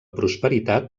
prosperitat